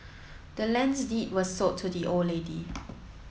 the land's deed was sold to the old lady